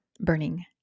Burning